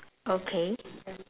okay